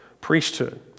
priesthood